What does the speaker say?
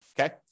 Okay